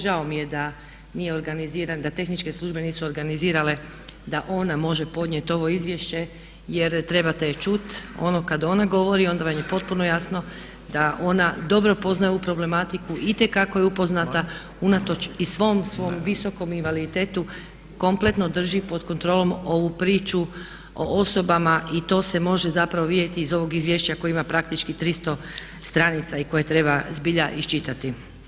Žao mi je da nije organiziran da tehničke službe nisu organizirale da ona može podnijeti ovo izvješće jer trebate je čuti, ono kad ona govori, onda vam je potpuno jasno da ona dobro poznaje ovu problematiku, itekako je upoznata unatoč i svom, svom visokom invaliditetu, kompletno drži pod kontrolom ovu priču o osobama i to se može zapravo vidjeti iz ovog izvješća koje ima praktički 300 stranica i koje treba zbilja iščitati.